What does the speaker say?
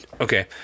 Okay